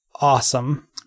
awesome